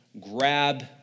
grab